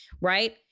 right